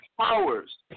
powers